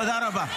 תודה רבה.